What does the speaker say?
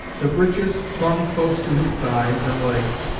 the breeches clung close to his thighs and legs,